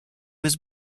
was